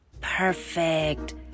Perfect